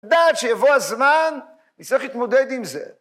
דעת שיבוא הזמן, נצטרך להתמודד עם זה.